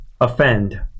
offend